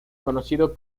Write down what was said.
conocido